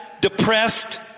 depressed